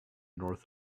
north